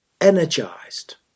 energized